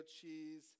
cheese